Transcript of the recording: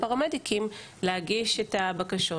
לפרמדיקים להגיש את הבקשות,